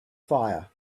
fire